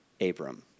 Abram